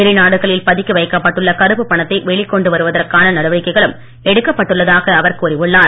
வெளிநாடுகளில் பதுக்கி வைக்கப்பட்டுள்ள கருப்பு பணத்தை வெளிக் கொண்டு வருவதற்கான நடவடிக்கைகளும் எடுக்கப்பட்டுள்ளதாக அவர் கூறி உள்ளார்